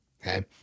Okay